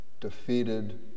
defeated